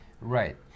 Right